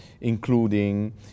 including